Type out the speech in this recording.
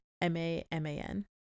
M-A-M-A-N